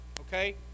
Okay